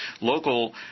local